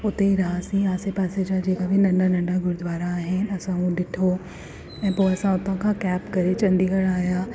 उते रहासीं आसे पासे जा जेका बि नंढा नंढा गुरूद्वारा आहिनि असां हो ॾिठो ऐं पोइ असां हुतो खां कैब करे चंडीगढ़ आया